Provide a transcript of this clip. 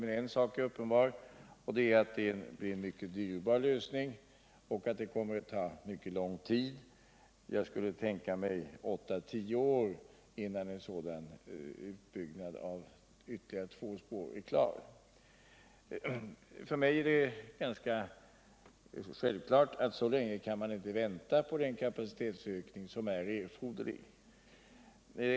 Men en sak är uppenbar, och det är att det blir en mycket dyrbar lösning och att det kommer att ta mycket lång tid — jag skulle tänka mig 8-10 år - innan en sådan utbyggnad av ytterligare två spår är klar. För mig är det självklart att vi inte kan vänta så länge på den kapacitetsökning som är erforderlig.